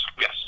yes